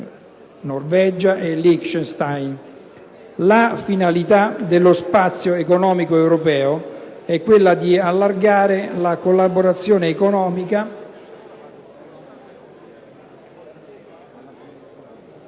Norvegia). La finalità dello Spazio economico europeo è quella di allargare la collaborazione economica